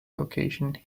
vocation